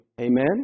Amen